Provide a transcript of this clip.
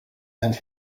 and